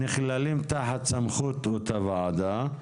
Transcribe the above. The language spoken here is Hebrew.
שנכללים תחת סמכות הוועדה.